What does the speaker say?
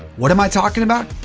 what am i talking about?